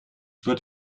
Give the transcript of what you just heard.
wird